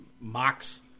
mocks